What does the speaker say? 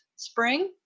spring